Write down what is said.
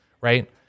Right